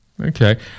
Okay